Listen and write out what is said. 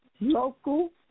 local